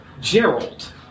Gerald